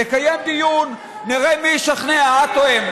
נקיים דיון, ונראה מי ישכנע, את או הם.